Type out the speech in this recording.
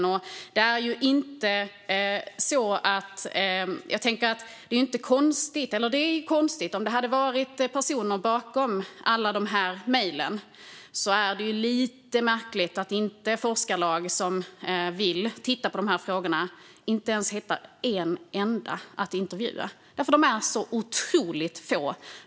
Om det hade varit vanliga personer bakom alla dessa mejl är det lite märkligt att forskarlag som vill titta på dessa frågor inte hittar en enda person att intervjua.